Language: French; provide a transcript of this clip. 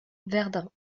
verdun